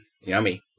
Yummy